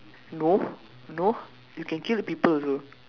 no no you can kill people also